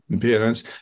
parents